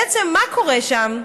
בעצם מה קורה שם?